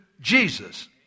Jesus